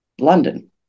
London